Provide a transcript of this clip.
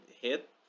hit